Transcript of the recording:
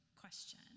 question